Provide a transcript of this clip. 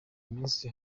minsi